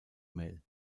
mail